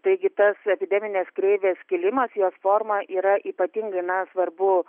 taigi tas epideminės kreivės kilimas jos forma yra ypatingai na svarbu